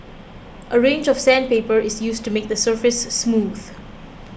a range of sandpaper is used to make the surface smooth